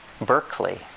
Berkeley